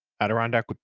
Adirondack